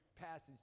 Passage